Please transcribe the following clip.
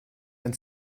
ein